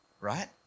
Right